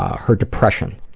her depression.